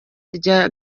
rya